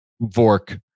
Vork